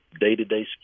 day-to-day